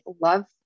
love